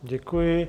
Děkuji.